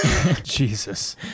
Jesus